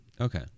Okay